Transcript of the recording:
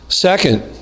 Second